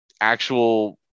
actual